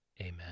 amen